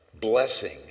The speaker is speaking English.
blessing